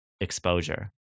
exposure